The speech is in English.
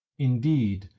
indeed,